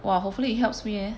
!wah! hopefully it helps me eh